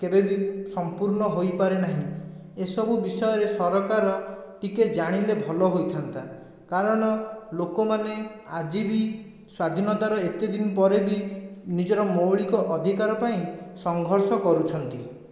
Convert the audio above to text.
କେବେବି ସମ୍ପୂର୍ଣ୍ଣ ହୋଇପାରେ ନାହିଁ ଏସବୁ ବିଷୟରେ ସରକାର ଟିକିଏ ଜାଣିଲେ ଭଲ ହୋଇଥାନ୍ତା କାରଣ ଲୋକମାନେ ଆଜି ବି ସ୍ୱାଧୀନତାର ଏତେ ଦିନ ପରେ ବି ନିଜର ମୌଳିକ ଅଧିକାର ପାଇଁ ସଂଘର୍ଷ କରୁଛନ୍ତି